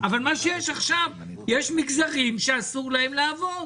אבל מה שיש עכשיו זה שיש מגזרים שאסור להם לעבוד.